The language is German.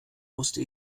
musste